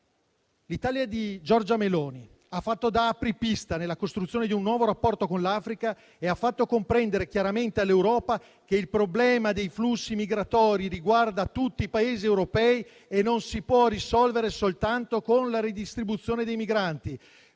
L'Italia di Giorgia Meloni ha fatto da apripista nella costruzione di un nuovo rapporto con l'Africa e ha fatto comprendere chiaramente all'Europa che il problema dei flussi migratori riguarda tutti i Paesi europei e non si può risolvere soltanto con la redistribuzione dei migranti.